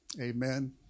Amen